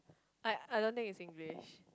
I I don't think is English